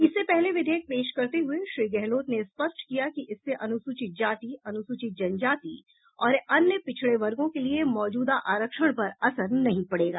इससे पहले विधेयक पेश करते हुए श्री गहलोत ने स्पष्ट किया कि इससे अनुसूचित जाति अनुसूचित जनजाति और अन्य पिछड़े वर्गो के लिए मौजूदा आरक्षण पर असर नहीं पड़ेगा